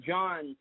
John